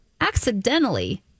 accidentally